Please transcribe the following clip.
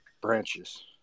branches